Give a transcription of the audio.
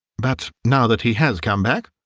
but now that he has come back?